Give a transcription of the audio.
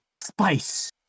spice